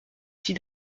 six